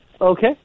Okay